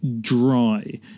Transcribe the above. dry